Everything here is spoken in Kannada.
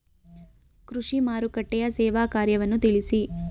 ಕೃಷಿ ಮಾರುಕಟ್ಟೆಯ ಸೇವಾ ಕಾರ್ಯವನ್ನು ತಿಳಿಸಿ?